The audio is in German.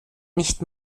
nicht